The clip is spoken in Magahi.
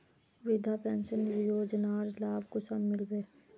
वृद्धा पेंशन योजनार लाभ कुंसम मिलबे?